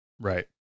Right